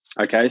okay